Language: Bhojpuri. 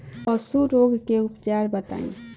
पशु रोग के उपचार बताई?